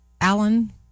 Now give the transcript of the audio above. Alan